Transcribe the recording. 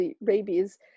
rabies